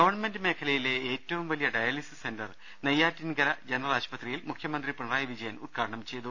government മേഖലയിലെ ഏറ്റവും വലിയ ഡയാലിസിസ് സെൻറർ നെയ്യാറ്റിൻകര ജനറൽ ആശുപത്രിയിൽ മുഖ്യമന്ത്രി പിണറായി വിജയൻ ഉദ്ഘാടനം ചെയ്തു